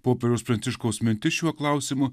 popiežiaus pranciškaus mintis šiuo klausimu